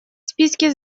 списке